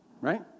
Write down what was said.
Right